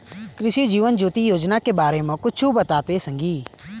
कृसि जीवन ज्योति योजना के बारे म कुछु बताते संगी